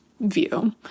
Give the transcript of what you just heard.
view